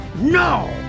No